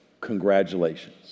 congratulations